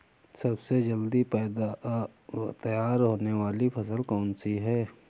सबसे जल्दी तैयार होने वाली फसल कौन सी है?